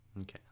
Okay